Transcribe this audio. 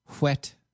wet